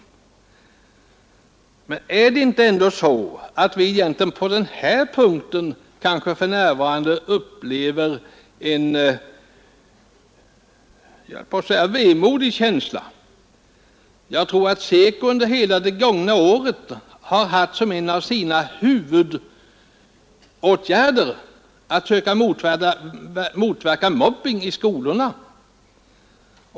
Men är det inte så att utvecklingen på detta område i stället inger oss en känsla av vemod? Jag tror att SECO under hela det gångna året har att nedbringa brottsligheten att nedbringa brottsligheten haft som en av sina huvuduppgifter att försöka motverka mobbning i skolorna.